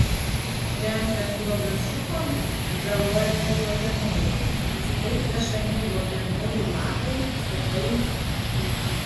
renkant uogas šukomis žalojami uogienojai nes taip pešami uogienojų lapai stiebai